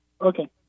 Okay